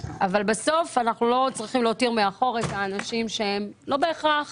אבל בסוף אנחנו לא צריכים להותיר מאחור את האנשים שהם לא בהכרח